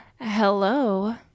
Hello